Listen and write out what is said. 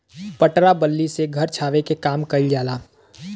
पटरा बल्ली से घर छावे के काम कइल जाला